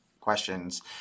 questions